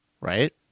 right